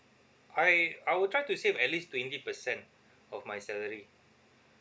I I would try to save at least twenty percent of my salary